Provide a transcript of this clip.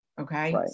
okay